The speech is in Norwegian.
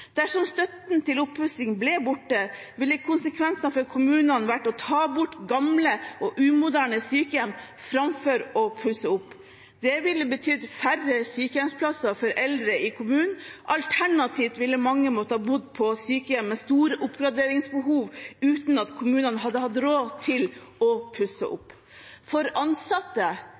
Dersom støtten til oppussing ble borte, ville konsekvensene for kommunene vært å ta bort gamle og umoderne sykehjem framfor å pusse opp. Det ville betydd færre sykehjemsplasser for eldre i kommunen. Alternativt ville mange måttet bo på sykehjem med store oppgraderingsbehov uten at kommunene hadde hatt råd til å pusse opp. For ansatte